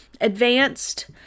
advanced